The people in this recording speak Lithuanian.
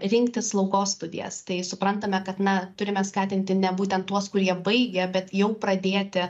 rinktis slaugos studijas tai suprantame kad na turime skatinti ne būtent tuos kurie baigė bet jau pradėti